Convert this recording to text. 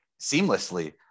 seamlessly